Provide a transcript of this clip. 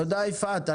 תודה, יפעת.